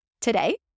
today